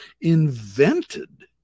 invented